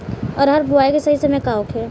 अरहर बुआई के सही समय का होखे?